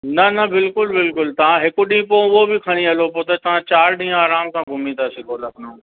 न न बिल्कुलु बिल्कुलु तव्हां हिकु ॾींहुं पोइ उहो बि खणी हलो पोइ त तव्हां चारि ॾींहं आराम सां घुमी था सघो लखनऊ